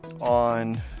on